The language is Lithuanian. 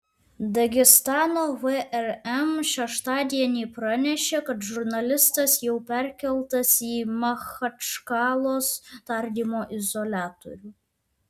dagestano vrm šeštadienį pranešė kad žurnalistas jau perkeltas į machačkalos tardymo izoliatorių